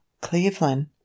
Cleveland